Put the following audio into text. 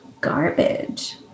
garbage